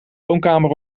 woonkamer